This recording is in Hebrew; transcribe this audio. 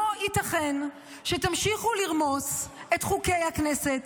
לא ייתכן שתמשיכו לרמוס את חוקי הכנסת,